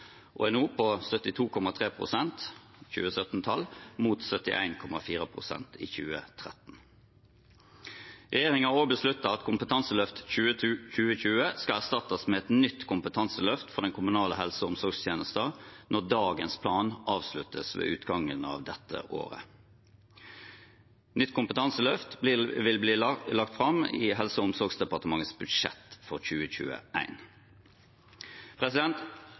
på 72,3 pst. – 2017-tall – mot 71,4 pst. i 2013. Regjeringen har besluttet at Kompetanseløft 2020 skal erstattes med et nytt kompetanseløft for den kommunale helse- og omsorgstjenesten når dagens plan avsluttes ved utgangen av dette året. Nytt kompetanseløft vil bli lagt fram i Helse- og omsorgsdepartementets budsjett for